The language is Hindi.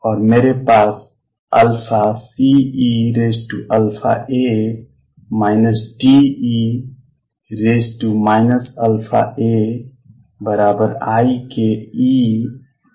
और मेरे पास C eαa D e αaik E eika होगा